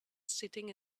sitting